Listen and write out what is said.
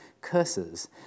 curses